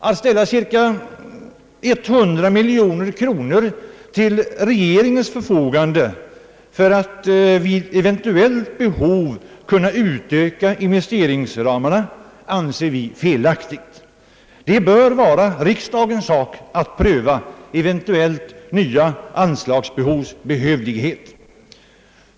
Att ställa cirka 100 miljoner kronor till regeringens förfogande för att den vid eventuellt behov skall kunna utöka investeringsramarna anser vi felaktigt. Det bör vara riksdagens sak att pröva eventuellt nya anslags behövlighet.